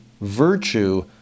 virtue